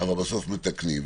אבל בסוף מתקנים.